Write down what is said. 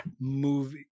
movie